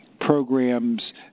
programs